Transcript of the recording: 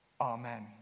Amen